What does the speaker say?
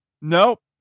Nope